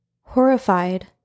Horrified